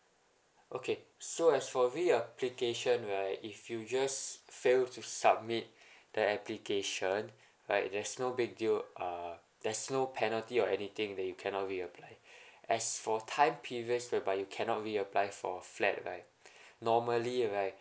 okay so as for reapplication right if you just failed to submit the application right there's no big deal uh there's no penalty or anything that you cannot reapply as for time period whereby you cannot reapply for a flat right normally right